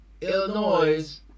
illinois